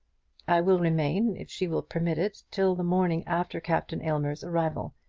i will remain, if she will permit it, till the morning after captain aylmer's arrival.